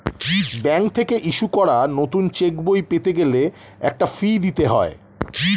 bank থেকে issue করা নতুন চেকবই পেতে গেলে একটা ফি দিতে হয়